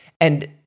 And-